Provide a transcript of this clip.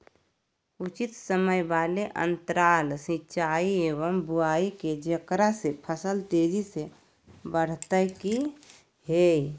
उचित समय वाले अंतराल सिंचाई एवं बुआई के जेकरा से फसल तेजी से बढ़तै कि हेय?